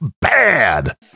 bad